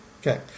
Okay